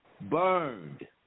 burned